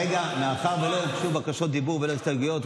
מאחר שלא הוגשו בקשות דיבור ולא הסתייגויות,